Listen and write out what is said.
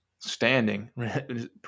Standing